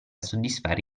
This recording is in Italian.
soddisfare